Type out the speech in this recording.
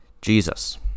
Jesus